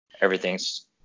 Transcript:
everything's